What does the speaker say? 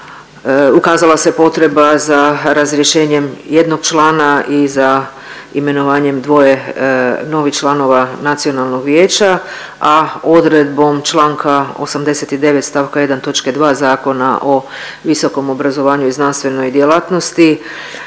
ukazala se potreba za razrješenjem jednog člana i za imenovanjem dvoje novih članova nacionalnog vijeća, a odredbom čl. 89 st. 1 toč. 2 Zakona o visokom obrazovanju i znanstvenoj djelatnosti,